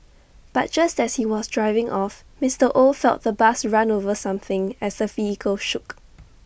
but just as he was driving off Mister oh felt the bus run over something as the vehicle shook